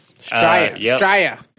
Straya